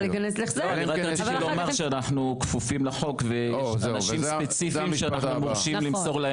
אנחנו כפופים לחוק ויש אנשים ספציפיים שאנחנו מורשים למסור להם מידע.